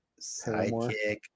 sidekick